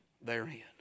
therein